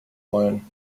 wollen